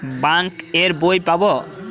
Bank এর বই পাবো?